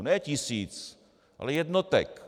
Ne tisíc, ale jednotek.